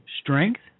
strength